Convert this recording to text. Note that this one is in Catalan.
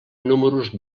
números